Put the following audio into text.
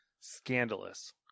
Scandalous